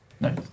No